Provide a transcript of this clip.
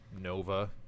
Nova